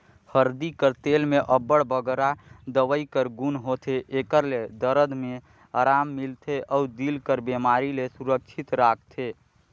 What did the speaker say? हरदी कर तेल में अब्बड़ बगरा दवई कर गुन होथे, एकर ले दरद में अराम मिलथे अउ दिल कर बेमारी ले सुरक्छित राखथे